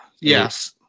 Yes